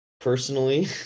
personally